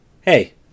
hey